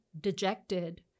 dejected